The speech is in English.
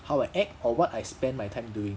how I act or what I spend my time doing